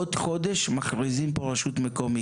עוד חודש מכריזים פה על רשות מקומית.